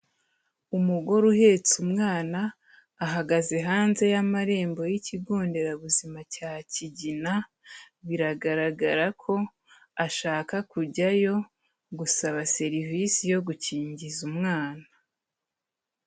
Umugore uhetse umwana ahagaze hanze y'amarembo y'ikigo nderabuzima cya Kigina, biragaragara ko ashaka kujyayo gusaba serivisi yo gukingiza umwana.